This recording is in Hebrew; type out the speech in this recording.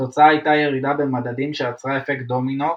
התוצאה הייתה ירידה במדדים שיצרה אפקט דומינו,